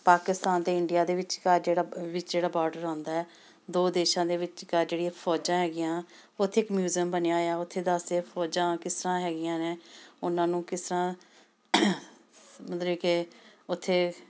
ਪਾਕਿਸਤਾਨ ਅਤੇ ਇੰਡੀਆ ਦੇ ਵਿਚਕਾਰ ਜਿਹੜਾ ਵਿੱਚ ਜਿਹੜਾ ਬਾਰਡਰ ਆਉਂਦਾ ਦੋ ਦੇਸ਼ਾਂ ਦੇ ਵਿਚਕਾਰ ਜਿਹੜੀਆਂ ਫੌਜਾਂ ਹੈਗੀਆਂ ਉੱਥੇ ਇੱਕ ਮਿਊਜ਼ੀਅਮ ਬਣਿਆ ਹੋਇਆ ਉੱਥੇ ਦੱਸਦੇ ਫੌਜਾਂ ਕਿਸ ਤਰ੍ਹਾਂ ਹੈਗੀਆਂ ਨੇ ਉਹਨਾਂ ਨੂੰ ਕਿਸ ਤਰ੍ਹਾਂ ਮਤਲਬ ਕਿ ਉੱਥੇ